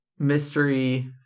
Mystery